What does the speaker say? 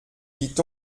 dit